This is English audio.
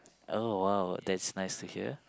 oh !wow! that's nice to hear